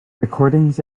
recordings